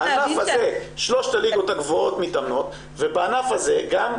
בענף הזה שלוש הליגות הגבוהות מתאמנות ובענף הזה גם,